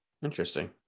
Interesting